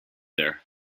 there